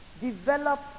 Develop